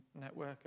network